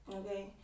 okay